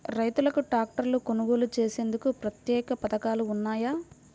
రైతులకు ట్రాక్టర్లు కొనుగోలు చేసేందుకు ప్రత్యేక పథకాలు ఉన్నాయా?